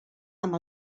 amb